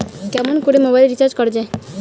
কেমন করে mobile recharge করা য়ায়?